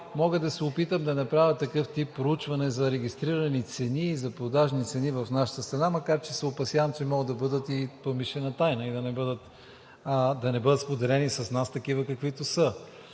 мога да се опитам да направя такъв тип проучване за регистрирани цени и за продажни цени в нашата страна, макар че се опасявам, че могат да бъдат и промишлена тайна и да не бъдат споделени с нас такива, каквито са.